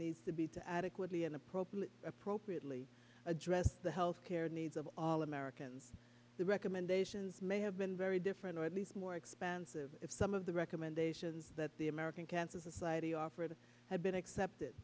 needs to be to adequately and appropriately appropriately address the health care needs of all americans the recommendations may have been very different or at least more expansive if some of the recommendations that the american cancer society offer that have been accepted